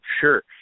Sure